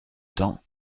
temps